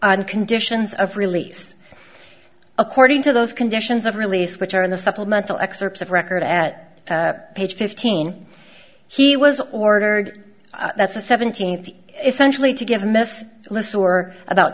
on conditions of release according to those conditions of release which are in the supplemental excerpts of record at page fifteen he was ordered that the seventeenth essentially to give miss list for about